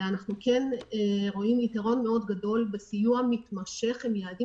ואנחנו כן רואים יתרון גדול מאוד בסיוע מתמשך עם יעדים